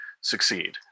succeed